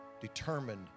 determined